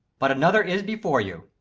but another is before you.